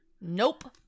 Nope